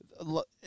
look